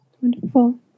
wonderful